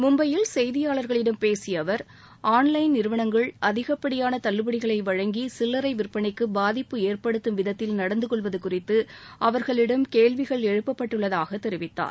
மும்பையில் செய்தியாளர்களிடம் பேசிய அவர் ஆன்லைன் நிறுவனங்கள் அதிகப்படியான தள்ளுபடிகளை வழங்கி சில்லறை விற்பனைக்கு பாதிப்பு ஏற்படுத்தும் விதத்தில் நடந்து கொள்வது குறித்து அவர்களிடம் கேள்விகள் எழுப்பப்பட்டுள்ளதாக தெரிவித்தார்